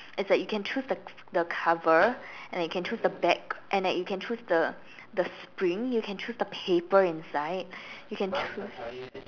it's like you can choose the the cover and you can choose the bag and you can choose the the spring you can choose the paper inside you can choose